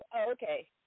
okay